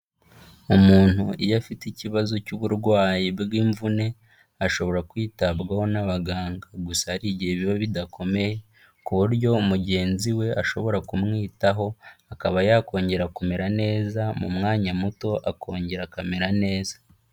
Umuntu iyo afite ikibazo cy'uburwayi bw'imvune ashobora kwitabwaho n'abaganga. Gusa hari igihe biba bidakomeye ku buryo mugenzi we ashobora kumwitaho akaba yakongera kumera neza, mu mwanya muto akongera akamera neza.